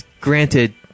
granted